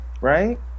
right